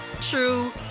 true